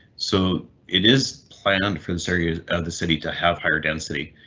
so it is planned for this area of the city to have higher density.